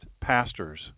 pastors